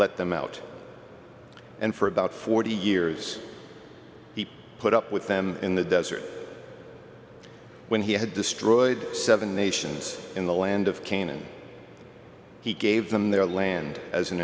let them out and for about forty years he put up with them in the desert when he had destroyed seven nations in the land of canaan he gave them their land as an